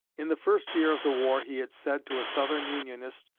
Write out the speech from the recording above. in the first year of the war he had said to a southern unionist,